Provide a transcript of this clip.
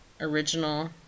original